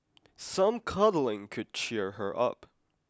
some cuddling could cheer her up